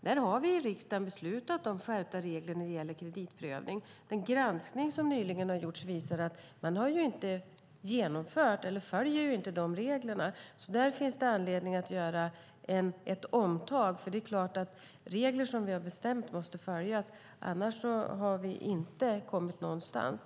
Där har vi i riksdagen beslutat om skärpta regler när det gäller kreditprövning, men den granskning som nyligen har gjorts visar att man ju inte har genomfört eller inte följer de reglerna. Där finns det alltså anledning att göra ett omtag. Det är klart att regler som vi har bestämt måste följas, annars har vi inte kommit någonstans.